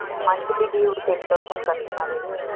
monthly due ten thousand கட்றமாதிரி இருக்கும்